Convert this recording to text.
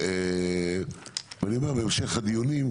אני אומר שבהמשך הדיונים,